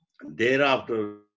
thereafter